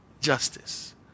justice